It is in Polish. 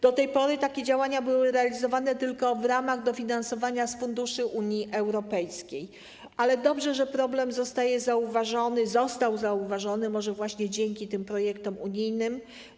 Do tej pory takie działania były realizowane tylko w ramach dofinansowania z funduszy Unii Europejskiej, ale dobrze, że problem został zauważony, może właśnie dzięki tym projektom unijnym.